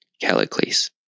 Callicles